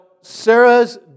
Sarah's